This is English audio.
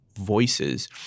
voices